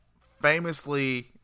famously